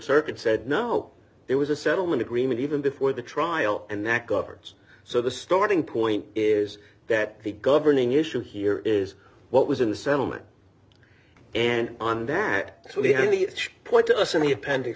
circuit said no it was a settlement agreement even before the trial and that governs so the starting point is that the governing issue here is what was in the settlement and on that will be any point to us in the appendix